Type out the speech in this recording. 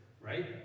right